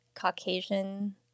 Caucasian